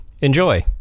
enjoy